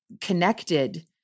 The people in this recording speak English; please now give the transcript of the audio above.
connected